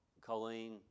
Colleen